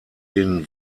den